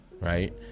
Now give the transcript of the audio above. right